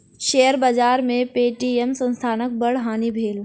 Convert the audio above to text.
share बाजार में Paytm संस्थानक बड़ हानि भेल